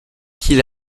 qu’il